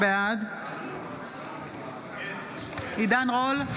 בעד עידן רול,